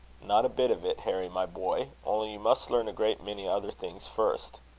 not a bit of it, harry, my boy only you must learn a great many other things first.